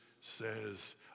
says